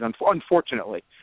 unfortunately